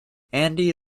andy